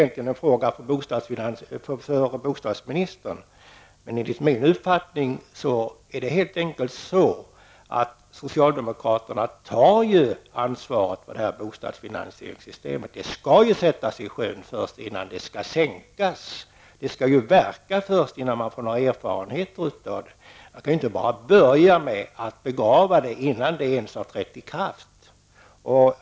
Jag kan dock säga att det enligt min mening helt enkelt är så, att socialdemokraterna tar ansvar för det här bostadsfinansieringssystemet. Men systemet måste först sättas i sjön. Först därefter kan det sänkas. Det måste alltså få verka ett tag, så att man får erfarenheter av det. Man kan således inte börja med att begrava detta system som inte ens har trätt i kraft.